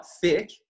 thick